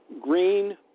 Green